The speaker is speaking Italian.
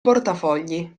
portafogli